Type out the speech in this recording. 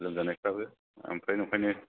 लोमजानायफ्राबो आमफ्राय नंखायनो